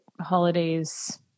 holidays